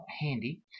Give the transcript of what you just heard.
handy